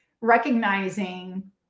recognizing